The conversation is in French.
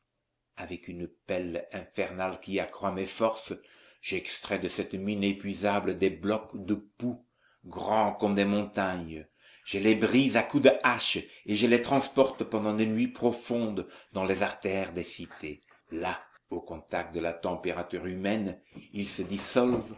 avec une pelle infernale qui accroît mes forces j'extrais de cette mine inépuisable des blocs de poux grands comme des montagnes je les brise à coups de hache et je les transporte pendant les nuits profondes dans les artères des cités là au contact de la température humaine ils se